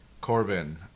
Corbin